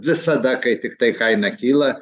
visada kai tiktai kaina kyla